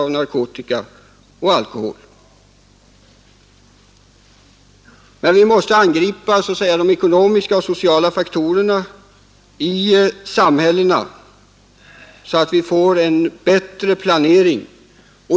Vi måste angripa de ekonomiska och sociala faktorerna i samhällena, så att vi får en bättre planering.